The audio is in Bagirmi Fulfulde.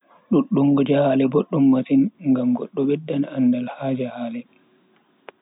Duddungo jahale boddum masin, ngam goddo beddan andal ha jahale.